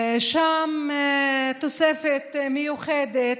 שם תוספת מיוחדת,